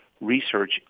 research